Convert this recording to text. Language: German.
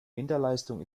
minderleistung